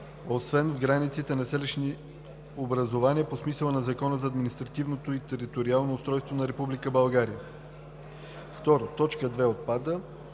„освен в границите на селищни образования по смисъла на Закона за административно-териториалното устройство на Република България“. 2. Точка 2 отпада.